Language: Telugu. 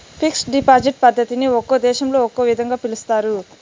ఫిక్స్డ్ డిపాజిట్ పద్ధతిని ఒక్కో దేశంలో ఒక్కో విధంగా పిలుస్తారు